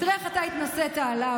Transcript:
תראה איך אתה התנשאת עליו.